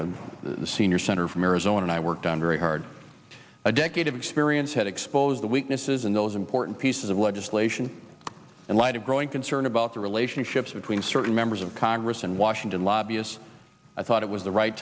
the senior senator from arizona and i worked on very hard a decade of experience had exposed the weaknesses in those important pieces of legislation and light a growing concern about the relationships between certain members of congress and washington lobbyists i thought it was the right